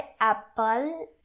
apple